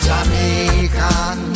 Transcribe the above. Jamaican